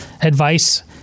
advice